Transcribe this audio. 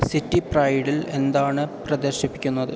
city പ്രൈഡിൽ എന്താണ് പ്രദർശിപ്പിക്കുന്നത്